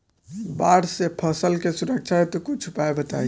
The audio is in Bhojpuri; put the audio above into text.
बाढ़ से फसल के सुरक्षा हेतु कुछ उपाय बताई?